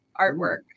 artwork